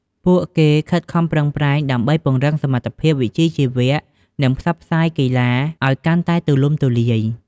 ពួកគេខិតខំប្រឹងប្រែងដើម្បី ពង្រឹងសមត្ថភាពវិជ្ជាជីវៈ និងផ្សព្វផ្សាយកីឡាឲ្យកាន់តែទូលំទូលាយ។